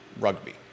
Rugby